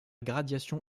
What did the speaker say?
gradation